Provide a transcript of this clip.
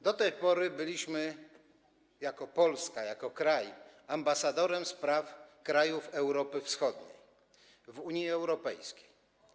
Do tej pory byliśmy jako Polska, jako kraj, ambasadorem spraw krajów Europy Wschodniej w Unii Europejskiej.